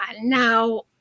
Now